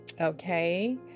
Okay